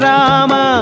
Rama